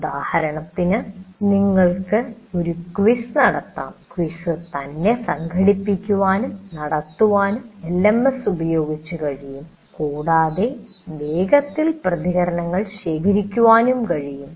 ഉദാഹരണത്തിന് നിങ്ങൾക്ക് ഒരു ക്വിസ് നടത്താം ക്വിസ് തന്നെ സംഘടിപ്പിക്കാനും നടത്താനും എൽഎംഎസ് ഉപയോഗിച്ച് കഴിയും കൂടാതെ വേഗത്തിൽ പ്രതികരണങ്ങൾ ശേഖരിക്കാനും കഴിയും